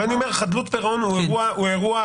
אבל אני אומר שחדלות פירעון הוא אירוע